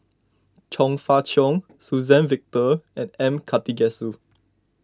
Chong Fah Cheong Suzann Victor and M Karthigesu